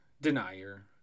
denier